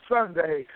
Sunday